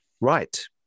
Right